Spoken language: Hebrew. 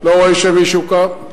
לא רואה שמישהו קם.